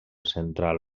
central